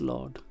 Lord